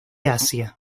asia